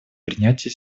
принятие